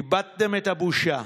איבדתם את הבושה.